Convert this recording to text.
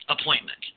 appointment